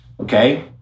okay